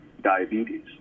diabetes